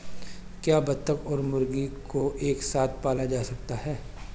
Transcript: क्या बत्तख और मुर्गी को एक साथ पाला जा सकता है?